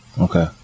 Okay